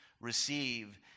receive